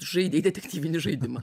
žaidei detektyvinį žaidimą